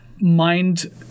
mind